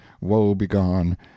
woe-begone